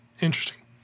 Interesting